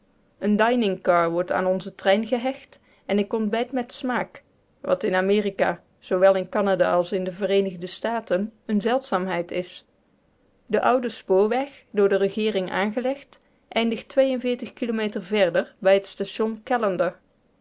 een dining car wordt aan onzen trein gehecht en ik ontbijt met smaak wat in amerika zoowel in canada als in de vereenigde staten eene zeldzaamheid is de oude spoorweg door de regeering aangelegd eindigde kilometer verder bij het station callander